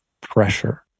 pressure